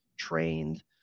trained